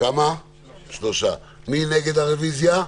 מי נגד הרוויזיה?